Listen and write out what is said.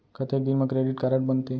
कतेक दिन मा क्रेडिट कारड बनते?